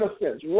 Innocence